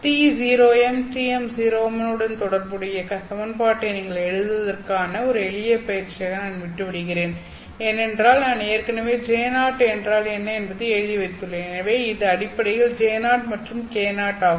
TE0M TM0M உடன் தொடர்புடைய சமன்பாட்டைப் நீங்கள் எழுதுவதற்கான ஒரு எளிய பயிற்சியாக நான் விட்டு விடுகிறேன் ஏனென்றால் நான் ஏற்கனவே J0 என்றால் என்ன என்பதை எழுதி வைத்துள்ளேன் எனவே இது அடிப்படையில் J0 மற்றும் K0 ஆகும்